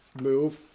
move